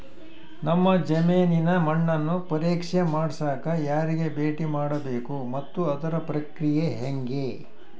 ನಮ್ಮ ಜಮೇನಿನ ಮಣ್ಣನ್ನು ಪರೇಕ್ಷೆ ಮಾಡ್ಸಕ ಯಾರಿಗೆ ಭೇಟಿ ಮಾಡಬೇಕು ಮತ್ತು ಅದರ ಪ್ರಕ್ರಿಯೆ ಹೆಂಗೆ?